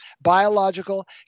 biological